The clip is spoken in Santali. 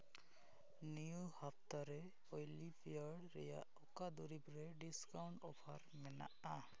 ᱱᱤᱭᱟᱹ ᱦᱟᱯᱛᱟ ᱨᱮ ᱳᱭᱞᱤᱵᱷᱤᱭᱟᱨ ᱨᱮᱭᱟᱜ ᱚᱠᱟ ᱫᱩᱨᱤᱵᱽ ᱨᱮ ᱰᱤᱥᱠᱟᱣᱩᱱᱴ ᱚᱯᱷᱟᱨ ᱢᱮᱱᱟᱜᱼᱟ